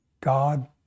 God